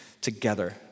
together